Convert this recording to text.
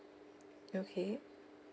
okay